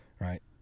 right